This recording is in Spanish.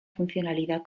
funcionalidad